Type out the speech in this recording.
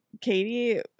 Katie